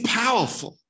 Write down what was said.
powerful